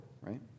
right